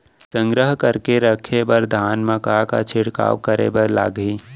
संग्रह करके रखे बर धान मा का का छिड़काव करे बर लागही?